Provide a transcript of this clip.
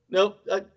Nope